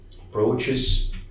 approaches